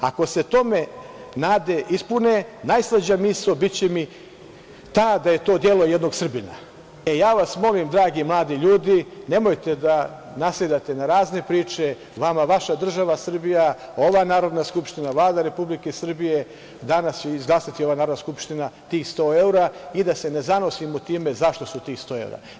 Ako se tome nade ispune, najslađa misao biće mi ta da je to delo jednog Srbina.“ Dragi mladi ljudi, molim vas, nemojte da nasedate na razne priče, vama vaša država Srbija, ova Narodna skupština, Vlada Republike Srbije danas će izglasati, ova Narodna skupština tih 100 evra i da se ne zanosimo time zašto su tih 100 evra.